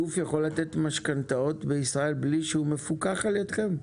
גוף יכול לתת משכנתאות בישראל בלי שהוא מפוקח אצלכם?